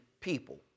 people